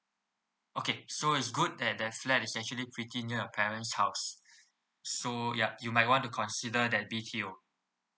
okay so it's good that the flat is actually pretty near your parents house so ya you might want to consider that B_T_O